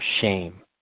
shame